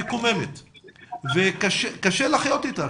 היא מקוממת וקשה לחיות אתה.